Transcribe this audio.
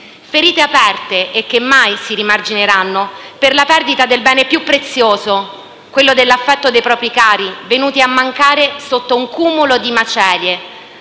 ferite aperte e che mai si rimargineranno per la perdita del bene più prezioso, quello dall'affetto dei propri cari venuti a mancare sotto un cumulo di macerie.